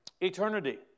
Eternity